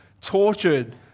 tortured